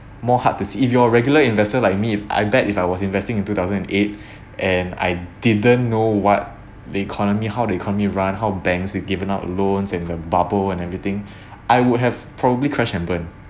more hard to see if you're regular investor like me if I bet if I was investing in two thousand and eight and I didn't know what the economy how the economy run how banks is given out loans and the bubble and everything I would have probably crash and burn